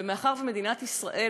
ומאחר שמדינת ישראל,